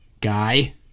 guy